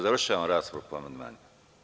Završavamo raspravu po ovom amandmanu.